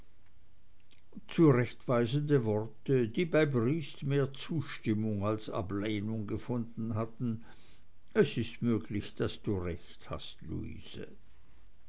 zurechtweisende worte die bei briest mehr zustimmung als ablehnung gefunden hatten es ist möglich daß du recht hast luise